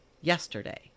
yesterday